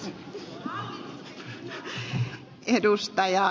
arvoisa puhemies